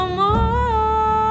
more